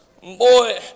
Boy